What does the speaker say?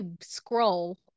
scroll